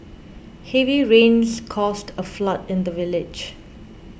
heavy rains caused a flood in the village